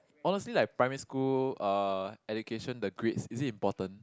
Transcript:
honestly like primary school uh education the grades is it important